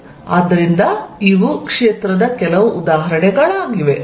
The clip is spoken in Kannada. ಆದ್ದರಿಂದ ಇವು ಕ್ಷೇತ್ರದ ಕೆಲವು ಉದಾಹರಣೆಗಳಾಗಿವೆ